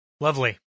Lovely